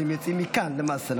הם יוצאים מכאן למעשה,